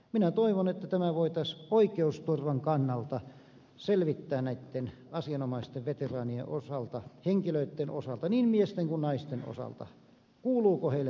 minä toivon että tämä voitaisiin oikeusturvan kannalta selvittää näitten asianomaisten veteraanien osalta henkilöitten osalta niin miesten kuin naisten osalta kuuluuko heille tämä tunnus